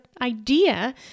idea